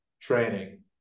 training